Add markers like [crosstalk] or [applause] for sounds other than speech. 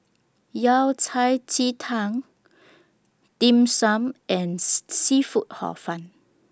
Yao Cai Ji Tang Dim Sum and [noise] Seafood Hor Fun